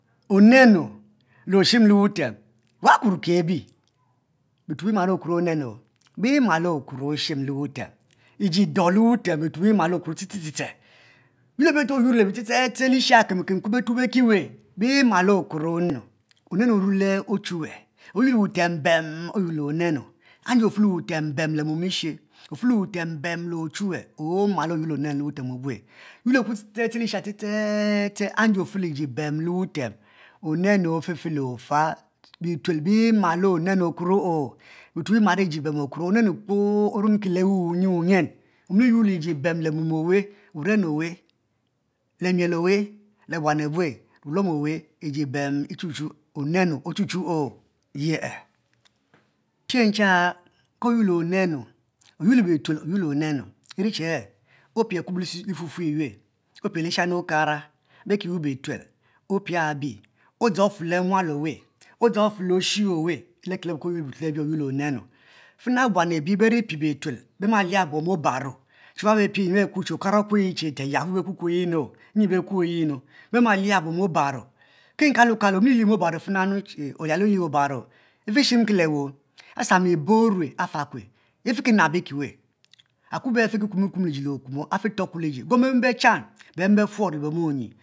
Onenu le oshin le wutem wa kuor ke bi bituel bim lo okuo onenu bimalo okuro oshim le wutem iji duo le wutem imalo okuo ete ete ete yuor lebi lishanyi be kuro be ki weh bimalo okumo onenu onenu omomo le ochuwue oyour yuor le wutem bam oyuoro le onenu nde ofe le wutem be mom eshie ofe le wutem bem le ochuwue omalo oyuoro le onenu le wutem obue yuor le okubo le shaya ste ste ste e e anji ofe le wutem bem onenu ofefe le ofa bituel bimalo onenu okuro o, bituel bimalo iji bem okuro onenu kpoo owmki le wuyin mi yuor leji be le miel oweh le buan abue le wuren oweh le miel oweh le wuluom oweh bem ncho chu onenu ochu chu o' ye e' ki nchu oyale onenu yuor le bitue yuor le onnu iri che opie akubo le ifufu yue opie lishani okara beki weh bituel opia bee odzang ote le mual weh odzang ofele oshi oweh, leki lebo ke oyuo le bituel abie ke oyuor le onenu fena buan abeye che wab bepie bitual bema, ma lia bom obara che wab bepie okara okuo yi che le yahoo, be kuokwu yi mu be ma lia bom obaro ki nkalo kalo, omili lilie mom obaro ifishinke le weh o, asamo ibe orue afakue ifekinab iki weh okubo e afi ki kuomue iji le okuomo afito kue leji guom bemeh be chan bemeh befuor le bemeh onyi